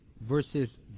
versus